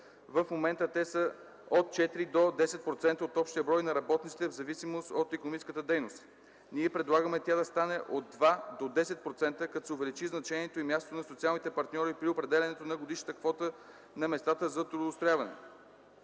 В момента те са от 4 до 10% от общия брой на работниците в зависимост от икономическата дейност. Ние предлагаме тя да стане от 2 до 10%, като се увеличи значението и мястото на социалните партньори при определянето на годишната квота на местата за трудоустрояване.